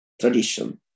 tradition